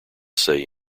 say